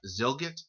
Zilgit